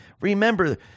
Remember